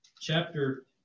chapter